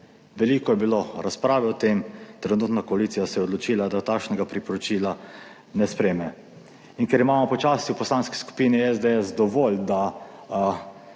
Veliko je bilo razprave o tem, trenutna koalicija se je odločila, da takšnega priporočila ne sprejme. In ker imamo počasi v Poslanski skupini SDS dovolj, da